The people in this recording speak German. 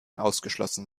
ausgeschlossen